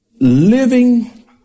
living